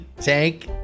Tank